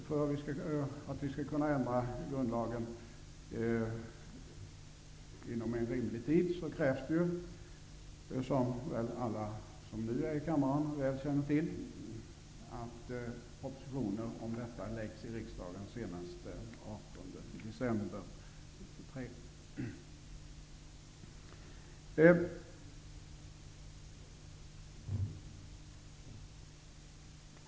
För att vi skall kunna ändra grundlagen inom en rimlig tid krävs, som alla nu i kammaren närvarande väl känner till, att propositionen om detta läggs fram för riksdagen senast den 18 december 1993.